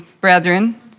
brethren